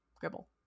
Gribble